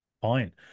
fine